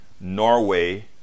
Norway